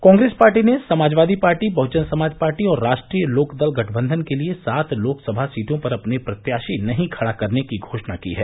Congress party ने Samajwadi party Bahujan Samaj party और राष्ट्रीय लोकदल गठबंधन के लिये सात लोकसभा सीटों पर अपने प्रत्याशी नही खड़ा करने की घोषणा की है